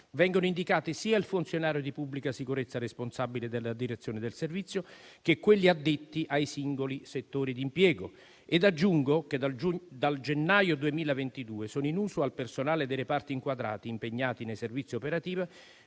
vengono indicati sia il funzionario di pubblica sicurezza responsabile della direzione del servizio che quelli addetti ai singoli settori di impiego. Aggiungo che, dal gennaio 2022, sono in uso al personale dei reparti inquadrati, impegnati nei servizi operativi,